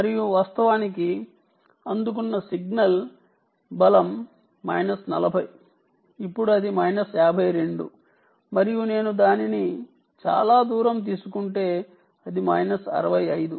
మరియు వాస్తవానికి అందుకున్న సిగ్నల్ బలం మైనస్ 40 ఇప్పుడు అది మైనస్ 52 మరియు నేను దానిని చాలా దూరం తీసుకువెళ్తే అది మైనస్ 65 ఉంది